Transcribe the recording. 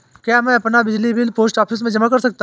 क्या मैं अपना बिजली बिल पोस्ट ऑफिस में जमा कर सकता हूँ?